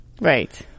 Right